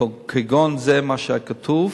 כגון מה שהיה כתוב,